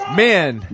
man